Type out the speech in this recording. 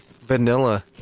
Vanilla